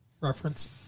reference